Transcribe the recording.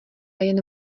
jen